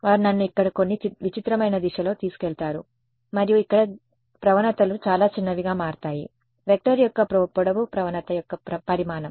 వారు నన్ను ఇక్కడ కొన్ని విచిత్రమైన దిశలో తీసుకెళతారు మరియు ఇక్కడ ప్రవణతలు చాలా చిన్నవిగా మారతాయి వెక్టర్ యొక్క పొడవు ప్రవణత యొక్క పరిమాణం